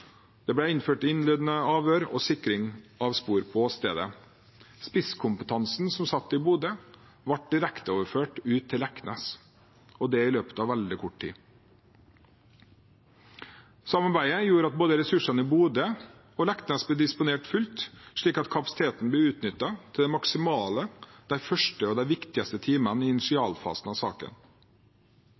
Det ble gjennomført innledende avhør og sikring av spor på åstedet. Spisskompetansen som satt i Bodø, ble direkte overført til Leknes, og det i løpet av veldig kort tid. Samarbeidet gjorde at ressursene både i Bodø og på Leknes ble disponert fullt ut, slik at kapasiteten ble utnyttet maksimalt de første og viktigste timene i initialfasen av saken.